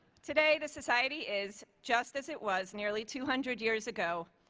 today the society is just as it was nearly two hundred years ago.